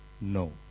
No